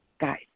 guys